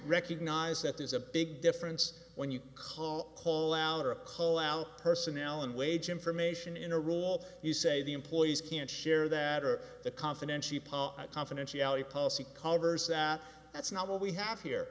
recognize that there's a big difference when you call call out or call out personnel and wage information in a rule you say the employees can't share that or the confidential confidentiality policy covers that that's not what we have here